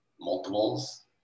multiples